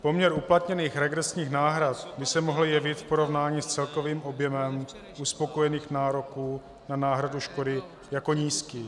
Poměr uplatněných regresních náhrad by se mohl jevit v porovnání s celkovým objemem uspokojených nároků na náhradu škody jako nízký.